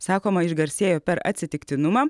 sakoma išgarsėjo per atsitiktinumą